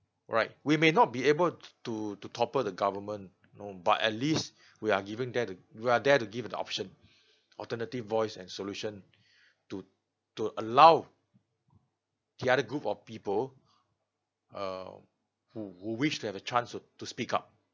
right we may not be able to to topple the government no but at least we are given there we are there to give the option alternative voice and solution to to allow the other group of people uh who who wish to have a chance to to speak up